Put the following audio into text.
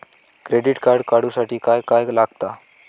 Credit card काढूसाठी काय काय लागत?